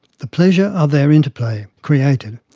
the pleasure of their interplay, created,